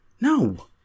No